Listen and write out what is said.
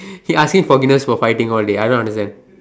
he ask me for forgiveness for fighting all dey I don't understand